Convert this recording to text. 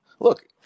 Look